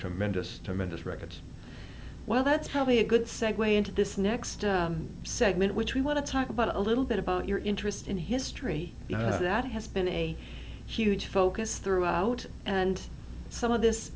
tremendous tremendous records well that's how we a good segue into this next segment which we want to talk about a little bit about your interest in history that has been a huge focus throughout and some of this